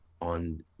on